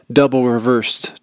double-reversed